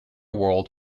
world